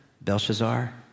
Belshazzar